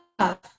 love